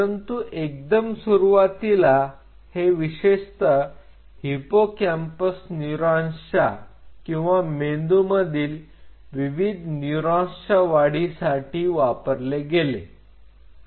परंतु एकदम सुरुवातीला हे हे विशेषतः हिपोकॅम्पस न्यूरॉनच्या किंवा मेंदूमधील विविध न्यूरॉनच्या वाढीसाठी वापरले गेले